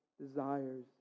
desires